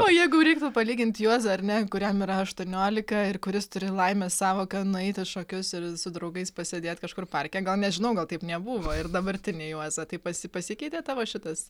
o jeigu reiktų palygint juozą ar ne kuriam yra aštuoniolika ir kuris turi laimės sąvoką nueit į šokius ir su draugais pasėdėt kažkur parke gal nežinau gal taip nebuvo ir dabartinį juozą tai pasi pasikeitė tavo šitas